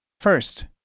First